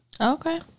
Okay